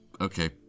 Okay